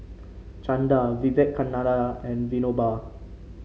Chanda Vivekananda and Vinoba